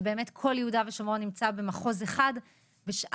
שבאמת כל יהודה ושומרון נמצא במחוז אחד ובשאר